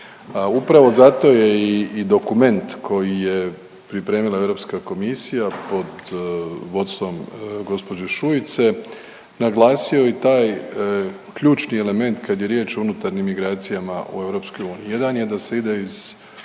Upravo zato je i dokument koji je pripremila Europska komisija pod vodstvom gđe. Šuice naglasio i taj ključni element kad je riječ o unutarnjim migracijama u EU. Jedan je da se ide iz